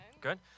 Good